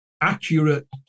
accurate